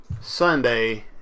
Sunday